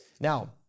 Now